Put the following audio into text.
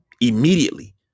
immediately